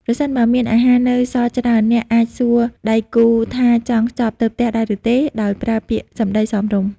ប្រសិនបើមានអាហារនៅសល់ច្រើន អ្នកអាចសួរដៃគូថាចង់ខ្ចប់ទៅផ្ទះដែរឬទេ ដោយប្រើពាក្យសម្តីសមរម្យ។